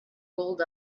rolled